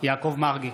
יעקב מרגי,